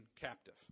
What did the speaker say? captive